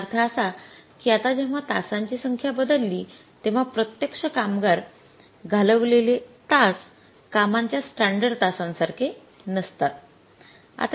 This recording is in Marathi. याचा अर्थ असा की आता जेव्हा तासांची संख्या बदलली तेव्हा प्रत्यक्ष कामावर घालवलेले तास कामाच्या स्टॅंडर्ड तासांसारखे नसतात